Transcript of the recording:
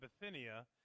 Bithynia